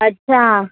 అచ్చా